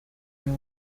него